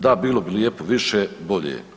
Da, bilo bi lijepo, više, bolje.